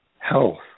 Health